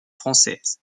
française